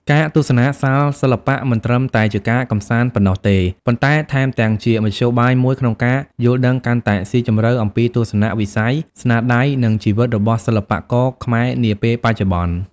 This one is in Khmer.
ការទស្សនាសាលសិល្បៈមិនត្រឹមតែជាការកម្សាន្តប៉ុណ្ណោះទេ ប៉ុន្តែថែមទាំងជាមធ្យោបាយមួយក្នុងការយល់ដឹងកាន់តែស៊ីជម្រៅអំពីទស្សនៈវិស័យ ស្នាដៃ និងជីវិតរបស់សិល្បករខ្មែរនាពេលបច្ចុប្បន្ន។